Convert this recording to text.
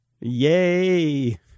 Yay